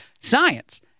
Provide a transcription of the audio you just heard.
science